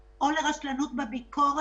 שמאוד-מאוד נכון להביא לשולחן הוועדה הזו.